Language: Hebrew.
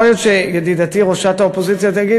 יכול להיות שידידתי ראשת האופוזיציה תגיד: